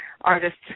artists